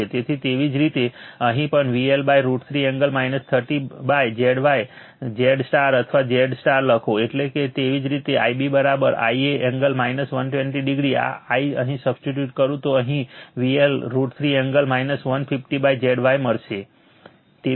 તેથી તેવી જ રીતે અહીં પણ VL √ 3 એંગલ 30Zy Z અથવા Zy લખો એટલે કે તેવી જ રીતે Ib Ia એંગલ 120 છે આ I અહીં સબસ્ટિટ્યૂટ કરું છું તો અહીં VL √ 3 એંગલ 150 Zy મળશે